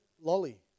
lolly